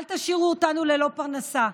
אל תשאירו אותנו ללא פרנסה.